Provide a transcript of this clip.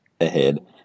ahead